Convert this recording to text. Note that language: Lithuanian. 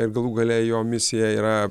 ir galų gale jo misija yra